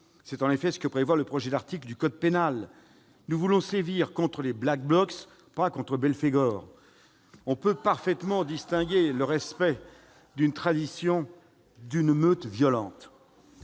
C'est en effet ce que prévoit le projet d'article du code pénal. Nous voulons sévir contre les Black Blocs, pas contre Belphégor ! On peut parfaitement distinguer le respect d'une tradition des débordements